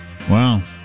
Wow